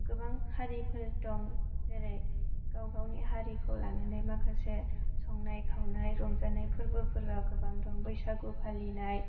गोबां हारिफोर दं जेरै गावगावनि हारिखौ लानानै माखासे संनाय खावनाय रंजानाय फोरबोफोरा गोबां दं बैसागु फालिनाय